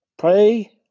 Pray